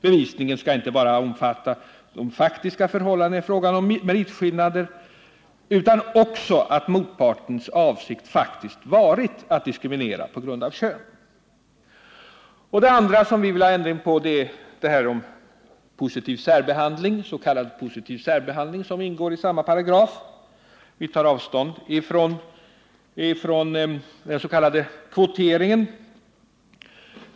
Bevisningen skall inte bara omfatta de faktiska förhållanden det är fråga om — meritskillnader — utan också att motpartens avsikt faktiskt varit att diskriminera på grund av kön. Det andra som vi moderater vill ha ändrat är det som kallas positiv särbehandling och som ingår i samma paragraf. Vi tar avstånd från den s.k. kvoteringen.